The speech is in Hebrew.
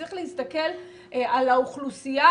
צריך להסתכל על האוכלוסייה,